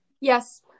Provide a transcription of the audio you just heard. Yes